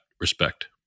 respect